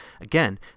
Again